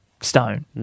stone